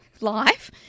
life